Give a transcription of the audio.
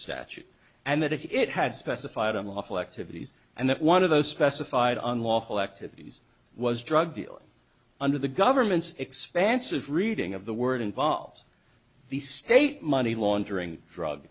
statute and that if it had specified unlawful activities and that one of those specified unlawful activities was drug dealing under the government's expansive reading of the word involves the state money laundering drug